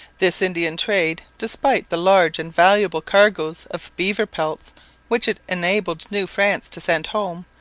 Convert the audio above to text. this indian trade, despite the large and valuable cargoes of beaver pelts which it enabled new france to send home,